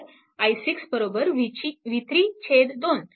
तर i6 v32